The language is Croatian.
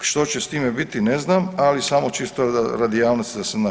Što će s time biti ne znam, ali samo čisto radi javnosti da se zna.